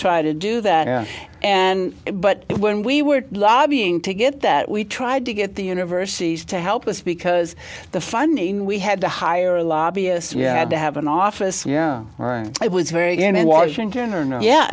try to do that and but when we were lobbying to get that we tried to get the universities to help us because the funding we had to hire a lobbyist yad to have an office yeah i was very good in washington or no yeah